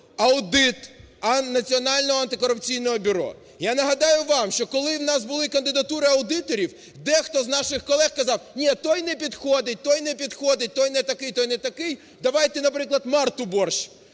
аудит Національного антикорупційного бюро. Я нагадаю вам, що коли у нас були кандидатури аудиторів, дехто з наших колег казав, ні, той не підходить, той не підходить, той не такий, той не такий, давайте, наприклад, Марту Борщ.